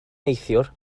neithiwr